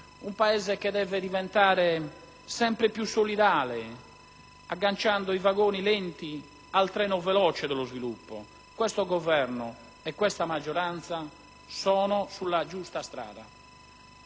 Un Paese che deve diventare sempre più solidale, agganciando i vagoni lenti al treno veloce dello sviluppo. Questo Governo e questa maggioranza sono sulla giusta strada.